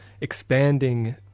expanding